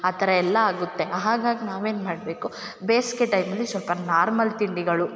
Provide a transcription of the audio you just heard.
ಆ ಥರ ಎಲ್ಲ ಆಗುತ್ತೆ ಹಾಗಾಗಿ ನಾವೇನು ಮಾಡಬೇಕು ಬೇಸಿಗೆ ಟೈಮಲ್ಲಿ ಸ್ವಲ್ಪ ನಾರ್ಮಲ್ ತಿಂಡಿಗಳು